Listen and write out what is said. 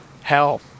hell